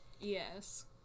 Yes